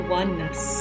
oneness